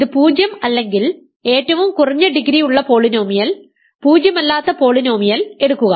ഇത് 0 അല്ലെങ്കിൽ ഏറ്റവും കുറഞ്ഞ ഡിഗ്രി ഉള്ള പോളിനോമിയൽ പൂജ്യമല്ലാത്ത പോളിനോമിയൽ എടുക്കുക